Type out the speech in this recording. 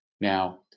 Now